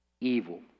evil